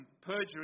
perjury